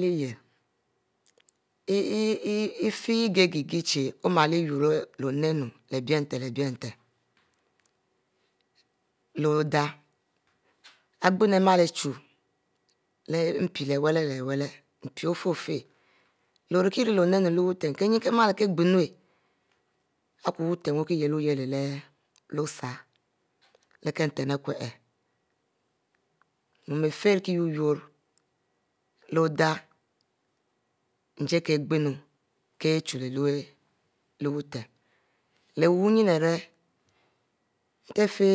Leh lyieh ific ghe-ghei chie oma yourr leh oninue leh bic nten bie nten leh odeh igbinu male chu leh mpi leh wu leh su mpi ofie-ofieh leh ori-rie leho ninu leh butem kiele lo kie ghinu ari kie wubem osar leh kie nten mua ifie ari riekid niro leh odij njie kighnu kid chu leh butem leh su innu ari ire-entfie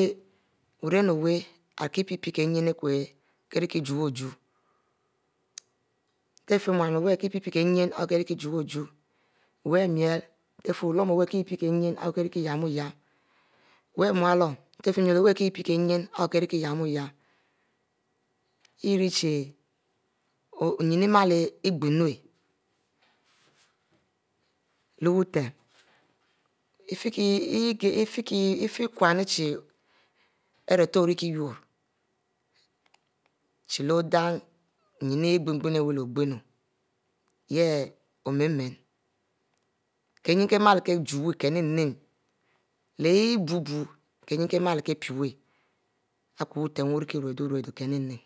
su rem wu ari kie pie kie nyin akue kic ari kie juwu jue mua owu are kie pie-pieh kinn kid kic rie kue juwaju ntefie wuluon are kie pie pie kinn aku kire juwu ju ntefie mus ari kie pie-pie kie nyin ari ku kic juwuju wu miel ntefie wuluom ari kic pie kie nyin ku kie ariko juwuju wu wuluom ntefie miel owe ari kie pie-pic kinnyia imu kie ru kie juwuju ou ke kic ric icie yamnuna nyin emal ighonu leh wu ifie kie igie kumu chie ari kie yurro chie leh odih nyin igule nyin ignnu-lognnu yah onime bie tem rie kie pub-bieo kimu.